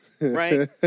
right